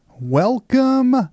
Welcome